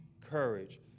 courage